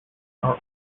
are